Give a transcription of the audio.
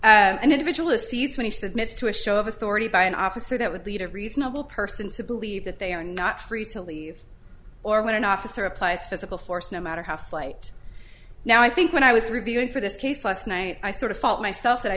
mays an individual a sees when he submitted to a show of authority by an officer that would lead a reasonable person to believe that they are not free to leave or when an officer applies physical force no matter how slight now i think when i was reviewing for this case last night i sort of felt myself that i